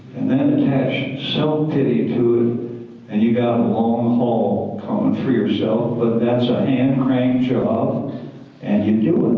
and then attach self-pity to it and you go a long haul coming for yourself, but that's a hand crank job ah and you do it.